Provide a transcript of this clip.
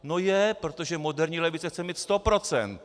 No je, protože moderní levice chce mít 100 %.